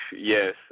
Yes